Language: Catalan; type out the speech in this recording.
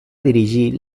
dirigir